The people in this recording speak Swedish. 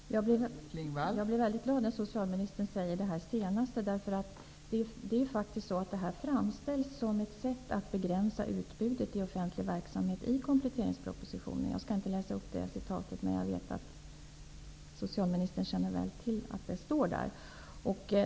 Fru talman! Jag blir väldigt glad över det socialministern sade senast. Det är faktiskt så att detta i kompletteringspropositionen framställs som ett sätt att begränsa utbudet i den offentliga verksamheten. Jag skall inte läsa upp det, för jag vet att socialministern väl känner till vad som där står.